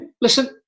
Listen